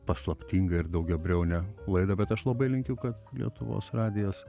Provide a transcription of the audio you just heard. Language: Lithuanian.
paslaptingą ir daugiabriaunę laidą bet aš labai linkiu kad lietuvos radijas